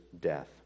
death